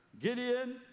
Gideon